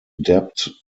debt